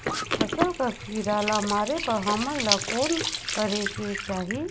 फसल कर कीरा ला मारे बर हमन ला कौन करेके चाही?